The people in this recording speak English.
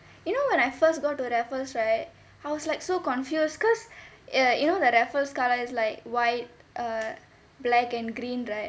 you know when I first got to raffles right I was like so confused because err you know the raffles colour is like white err black and green right